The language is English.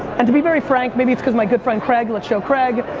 and to be very frank, maybe it's because my good friend craig, let's show craig,